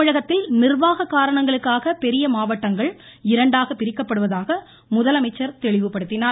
தமிழகத்தில் நிர்வாக காரணங்களுக்காக பெரிய மாவட்டங்கள் இரண்டாக பிரிக்கப்படுவதாக முதலமைச்சர் தெளிவுபடுத்தினார்